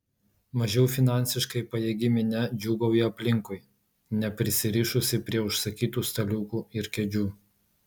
mažiau finansiškai pajėgi minia džiūgauja aplinkui neprisirišusi prie užsakytų staliukų ir kėdžių